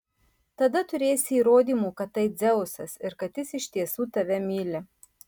tada turėsi įrodymų kad tai dzeusas ir kad jis iš tiesų tave myli